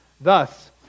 Thus